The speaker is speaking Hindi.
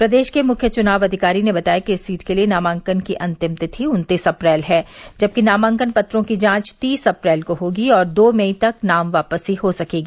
प्रदेश के मुख्य चुनाव अधिकारी ने बताया कि इस सीट के लिए नामांकन भरने की अंतिम तिथि उन्तीस अप्रैल है जबकि नामांकन पत्रों की जांच तीस अप्रैल को होगी और दो मई तक नाम वापसी हो सकेगी